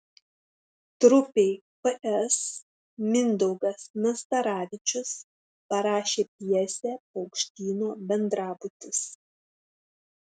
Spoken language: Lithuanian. trupei ps mindaugas nastaravičius parašė pjesę paukštyno bendrabutis